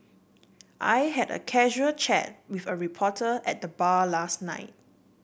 I had a casual chat with a reporter at the bar last night